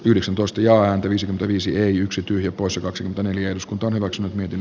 yhdeksäntoista ja hän kävisi olisi yksi tyhjä poissa kaksi neljä eduskunta on maksanut niiden